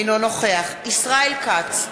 אינו נוכח ישראל כץ,